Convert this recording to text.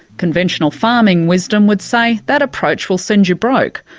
conventional farming wisdom would say that approach will send you broke.